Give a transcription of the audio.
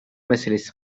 meselesi